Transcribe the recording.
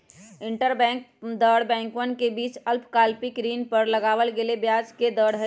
interbank दर बैंकवन के बीच अल्पकालिक ऋण पर लगावल गेलय ब्याज के दर हई